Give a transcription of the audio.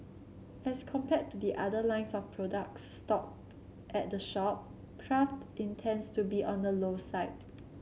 as compared to the other lines of products stocked at the shop craft intends to be on the low side